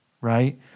right